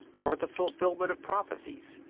or the fulfilment of prophecies,